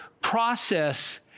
process